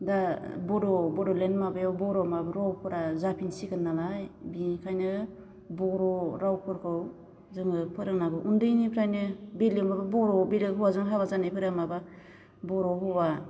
दा बर' बड'लेण्ड माबायाव बर' माबा बर'फोरा जाफिनसिगोन नालाय बिनिखायनो बर' रावफोरखौ जोङो फोरोंनागौ उन्दैनिफ्रायनो बेलकफोरखौ बर' बेलेग हौवाजों हाबा जानायफोरा माबा बर' हौवा